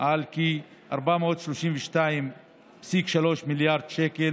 על כ-432.3 מיליארד שקל,